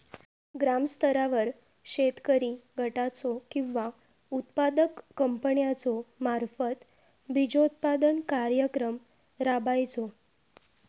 ग्रामस्तरावर शेतकरी गटाचो किंवा उत्पादक कंपन्याचो मार्फत बिजोत्पादन कार्यक्रम राबायचो?